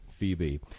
Phoebe